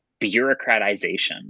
bureaucratization